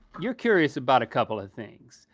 you're curious about a couple of things.